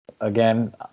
Again